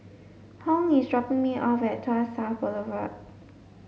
Hung is dropping me off at Tuas South Boulevard